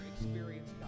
experience